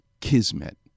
Kismet